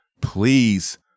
please